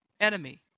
enemy